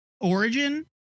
origin